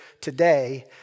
today